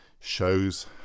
shows